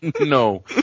No